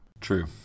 True